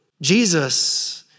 Jesus